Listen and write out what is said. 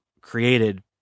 created